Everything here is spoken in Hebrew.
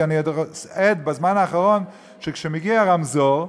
כי בזמן האחרון אני עד לכך שכשמגיעים לרמזור,